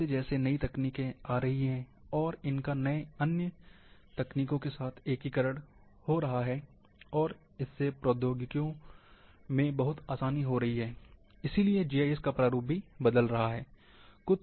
जैसे जैसे नई तकनीक आ रही हैं और इनका अन्य तकनीकों के साथ एकीकरण हो रहा है और इससे प्रौद्योगिकियां बहुत आसान हो रही हैं और इसलिए जीआईएस का प्रारूप भी बदल रहा है